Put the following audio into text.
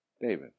David